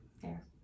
fair